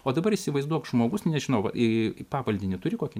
o dabar įsivaizduok žmogus nežinau va i pavaldinį turi kokį